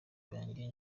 banjye